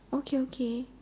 okay okay